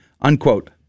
Unquote